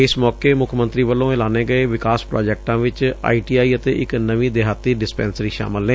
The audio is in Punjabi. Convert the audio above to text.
ਇਸ ਮੌਕੇ ਮੁੱਖ ਮੰਤਰੀ ਵੱਲੋਂ ਐਲਾਨ ਗਏ ਵਿਕਾਸ ਪ੍ਰਾਜੈਕਟਾਂ ਵਿੱਚ ਆਈਟੀਆਈ ਅਤੇ ਇਕ ਨਵੀ ਦੇਹਾਤੀ ਡਿਸਪੈਂਸਰੀ ਸ਼ਾਮਲ ਨੇ